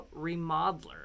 remodeler